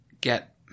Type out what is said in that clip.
get